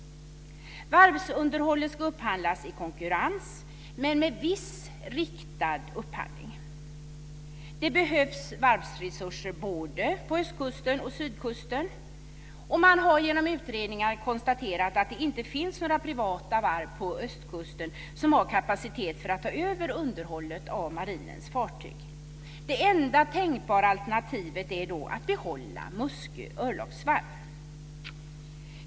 Varvsunderhållet ska upphandlas i konkurrens med viss riktad upphandling. Det behövs varvsresurser både på östkusten och sydkusten. Man har genom utredningar konstaterat att det inte finns några privata varv på östkusten som har kapacitet att ta över underhållet av marinens fartyg. Det enda tänkbara alternativet är att behålla Muskö örlogsvarv.